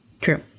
True